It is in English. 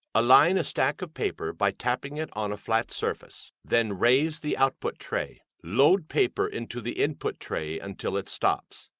align a stack of paper by tapping it on a flat surface. then raise the output tray. load paper into the input tray until it stops.